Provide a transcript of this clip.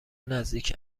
نزدیک